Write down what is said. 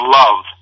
love